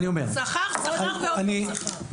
שכר, שכר ועוד פעם שכר.